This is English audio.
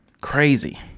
Crazy